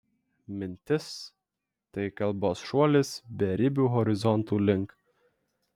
mintis tai kalbos šuolis beribių horizontų link